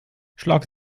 schlag